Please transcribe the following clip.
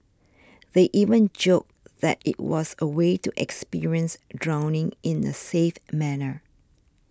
they even joked that it was a way to experience drowning in a safe manner